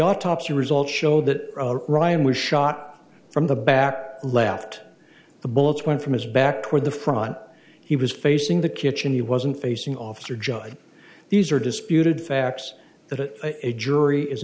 autopsy results show that ryan was shot from the back left the bullets went from his back toward the front he was facing the kitchen he wasn't facing officer judge these are disputed facts that a jury is